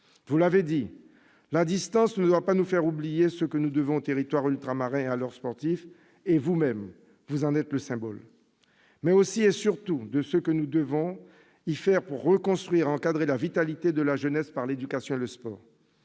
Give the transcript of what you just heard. Vous l'avez dit, la distance ne doit pas nous faire oublier ce que nous devons aux territoires ultramarins et à leurs sportifs- vous-même, vous en êtes le symbole -, mais aussi et surtout ce que nous devons y faire pour reconstruire et encadrer la vitalité de la jeunesse par l'éducation et le sport.